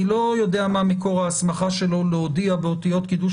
אני לא יודע מה מקור ההסמכה שלו להודיע באותיות קידוש